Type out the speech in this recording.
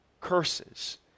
curses